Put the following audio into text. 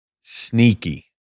Sneaky